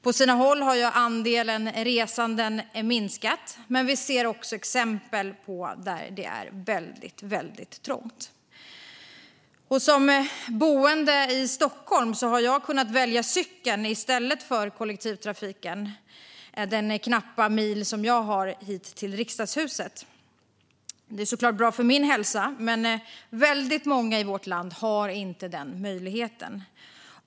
På sina håll har andelen resande minskat, men vi ser också exempel där det är väldigt trångt. Som boende i Stockholm har jag kunnat välja cykeln i stället för kollektivtrafiken för att resa den knappa mil jag har hit till Riksdagdagshuset. Det är såklart bra för min hälsa, men många i vårt land har inte den möjligheten.